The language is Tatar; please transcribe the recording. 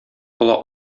кыла